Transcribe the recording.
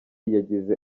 yagize